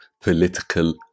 political